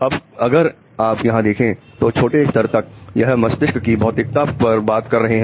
अब अगर आप यहां देखें तो छोटे स्तर तक यह मस्तिष्क की भौतिकता पर बात कर रहे हैं